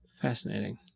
Fascinating